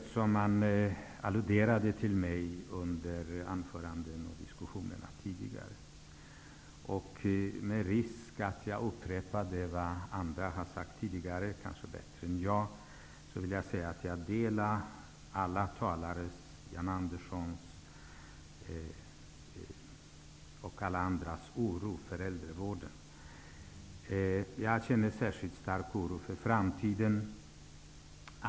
Jag går upp i debatten eftersom man i anföranden här har alluderat på vad jag tidigare har sagt. Med risk för att upprepa vad andra har sagt -- kanske bättre än jag -- vill jag säga att jag delar alla talares, bl.a. Jan Anderssons, oro för äldrevården. Jag känner särskilt stark oro för framtiden.